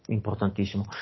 importantissimo